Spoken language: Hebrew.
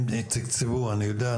אני יודע,